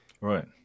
Right